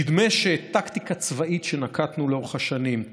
נדמה שטקטיקה צבאית שנקטנו לאורך השנים,